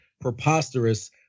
preposterous